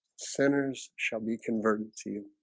sinners shall be converted to